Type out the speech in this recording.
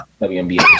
WNBA